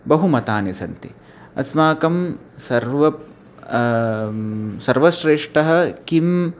बहु मतानि सन्ति अस्माकं सर्वमपि सर्वश्रेष्टः कः